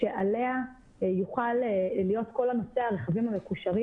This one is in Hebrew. שעליה יוכל להיות כל נושא הרכבים המקושרים